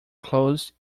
closed